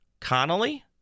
Connolly